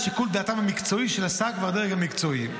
לשיקול דעתם המקצועי של השר והדרג המקצועי.